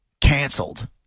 canceled